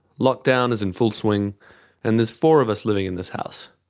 lockdown is in full swing and there's four of us living in this house,